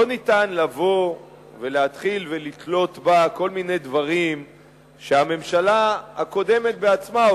אי-אפשר לבוא ולהתחיל לתלות בה כל מיני דברים שהממשלה הקודמת עצמה,